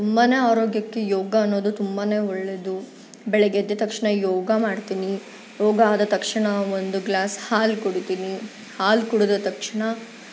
ತುಂಬಾ ಆರೋಗ್ಯಕ್ಕೆ ಯೋಗ ಅನ್ನೋದು ತುಂಬ ಒಳ್ಳೆಯದು ಬೆಳಗ್ಗೆ ಎದ್ದ ತಕ್ಷಣ ಯೋಗ ಮಾಡ್ತೀನಿ ಯೋಗ ಆದ ತಕ್ಷಣ ಒಂದು ಗ್ಲಾಸ್ ಹಾಲು ಕುಡೀತೀನಿ ಹಾಲು ಕುಡಿದ ತಕ್ಷಣ